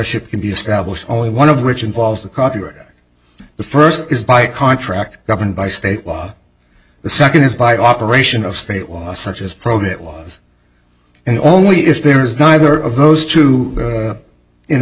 ship can be established only one of which involves the copyright or the first is by contract governed by state law the second is by operation of state law such as program it was in only if there is neither of those two